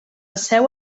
seu